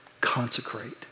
Consecrate